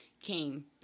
came